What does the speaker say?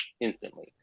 instantly